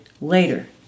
later